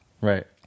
Right